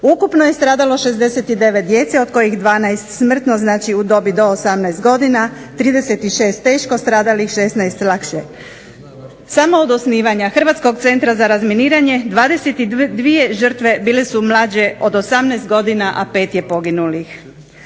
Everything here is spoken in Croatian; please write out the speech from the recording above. Ukupno je stradalo 69 djece, od kojih 12 smrtno, znači u dobi do 18 godina, 36 teško stradalih, 16 lakše. Samo od osnivanja Hrvatskog centra za razminiranje 22 žrtve bile su mlađe od 18 godina, a 5 je poginulih.